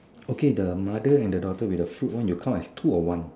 okay the mother and the daughter with the food one you count as two or one